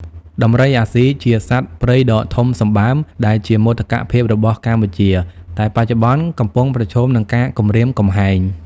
ដំរីអាស៊ី ជាសត្វព្រៃដ៏ធំសម្បើមដែលជាមោទកភាពរបស់កម្ពុជា តែបច្ចុប្បន្នកំពុងប្រឈមនឹងការគំរាមកំហែង។